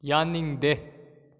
ꯌꯥꯅꯤꯡꯗꯦ